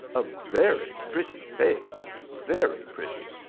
a very pretty face very pretty.